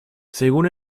según